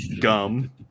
gum